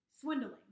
swindling